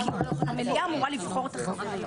כי המליאה אמורה לבחור את החברים.